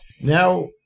now